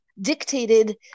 dictated